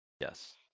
Yes